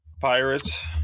pirates